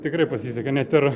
tikrai pasisekė net ir